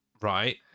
Right